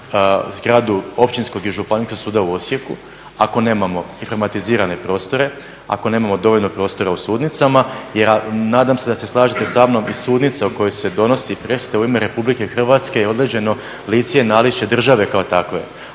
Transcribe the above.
zgradu Općinskog i Županijskog suda u Osijeku, ako nemamo informatizirane prostore, ako nemamo dovoljno prostora u sudnicama, nadam se da se slažete sa mnom, i sudnica u kojoj se donosi presuda u ime RH je određeno lice i naličje države kao takve.